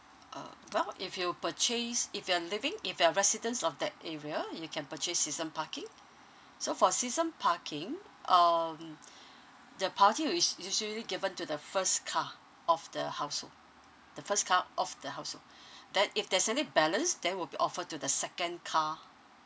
uh well if you purchase if you're living if you're residents of that area you can purchase season parking so for season parking um the parking which is usually given to the first car of the household the first car of the household then if there's any balance then will be offer to the second car